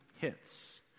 hits